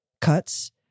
cuts